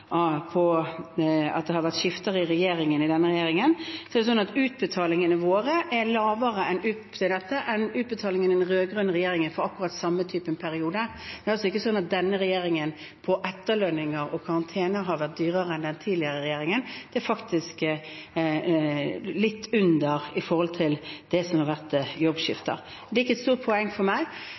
at utbetalingene våre er lavere til dette enn utbetalingene i den rød-grønne regjeringen for akkurat samme periode. Det er altså ikke sånn at denne regjeringen har vært dyrere enn den tidligere regjeringen på etterlønninger og karantene. Det er faktisk litt under på det som gjelder jobbskifter. Det er ikke et stort poeng for meg,